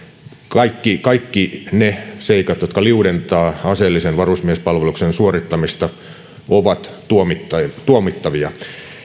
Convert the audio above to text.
kaikki kaikki ne seikat jotka liudentavat aseellisen varusmiespalveluksen suorittamista ovat tuomittavia tuomittavia